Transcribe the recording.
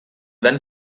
went